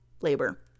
labor